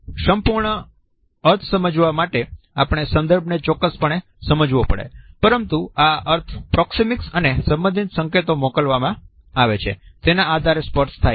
સંપૂર્ણ અર્થ સમજવા માટે આપણે સંદર્ભને ચોક્કસપણે સમજાવો પડે પરંતુ આ અર્થ પ્રોક્સેમિક્સ અને સંબંધિત સંકેતો મોકલવામાં આવે છે તેના આધારે સ્પષ્ટ થાય છે